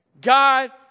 God